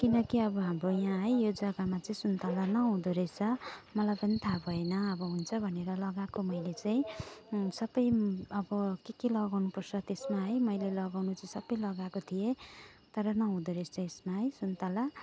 किन कि अब हाम्रो यहाँ है यो जग्गामा चाहिँ सुन्तला नहुँदो रहेछ मलाई पनि थाहा भएन अब हुन्छ भनेर लगाएको मैले चाहिँ सबै अब के के लगाउनुपर्छ त्यसमा है मैले लगाउनु चाहिँ सबै लगाएको थिएँ तर नहुँदो रहेछ यसमा है सुन्तला